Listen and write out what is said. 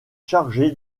chargé